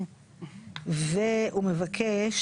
והוא מבקש